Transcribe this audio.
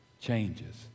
changes